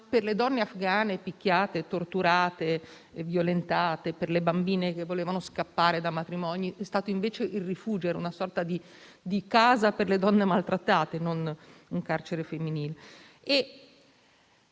per le donne afghane picchiate, torturate e violentate e per le bambine che sono scappate da matrimoni è stato, invece, un rifugio; una sorta di casa per le donne maltrattate e non un carcere femminile.